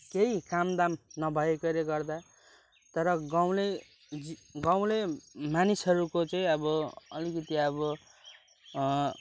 केही कामदाम नभएकोले गर्दा तर गाउँले जी गाउँले मानिसहरूको चाहिँ अब अलिकति अब